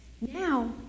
Now